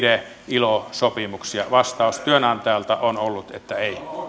ilo sopimuksia vastaus työnantajalta on ollut että